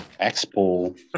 expo